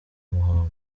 muhango